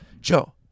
Joe